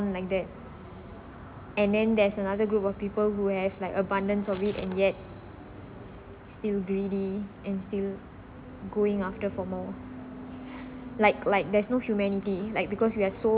like that and then there's another group of people who have like abundance of it and yet still greedy and still going after for more like like there's no humanity like because we are so